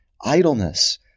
idleness